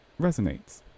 resonates